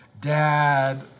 dad